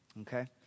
Okay